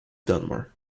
dunmore